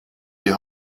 die